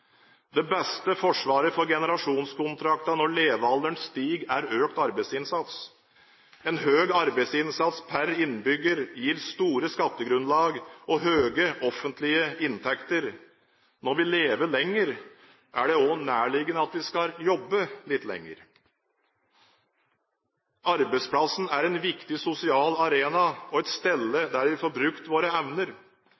Det beste forsvaret for generasjonskontrakten når levealderen stiger, er økt arbeidsinnsats. En høy arbeidsinnsats per innbygger gir store skattegrunnlag og høye offentlige inntekter. Når vi lever lenger, er det også nærliggende at vi skal jobbe litt lenger. Arbeidsplassen er en viktig sosial arena og et